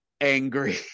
angry